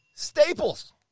Staples